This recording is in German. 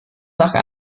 sache